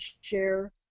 share